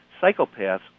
Psychopaths